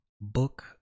book